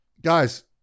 guys